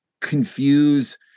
confuse